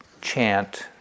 chant